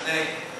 של נושאי חוץ.